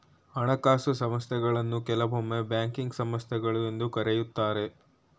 ಹಣಕಾಸು ಸಂಸ್ಥೆಗಳನ್ನು ಕೆಲವೊಮ್ಮೆ ಬ್ಯಾಂಕಿಂಗ್ ಸಂಸ್ಥೆಗಳು ಎಂದು ಕರೆಯುತ್ತಾರೆ